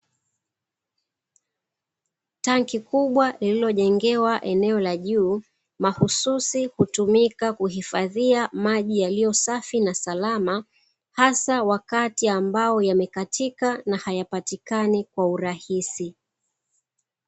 Tanki kubwa lililo jengewa eneo la juu mahususi kwa kuhifadhi maji yaliyo safi na salama hasa wakati yamekatika na hayapatikani kwa urahisi.